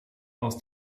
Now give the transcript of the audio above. aus